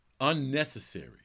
unnecessary